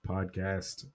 Podcast